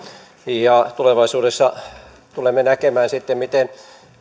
ja merkittävä tulevaisuudessa tulemme näkemään miten